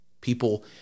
People